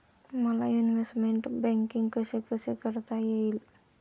मला investment banking कसे कसे करता येईल?